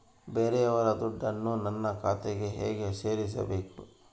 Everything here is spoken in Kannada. ಬೇರೆಯವರ ದುಡ್ಡನ್ನು ನನ್ನ ಖಾತೆಗೆ ಹೇಗೆ ಸೇರಿಸಬೇಕು?